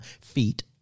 feet